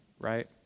Right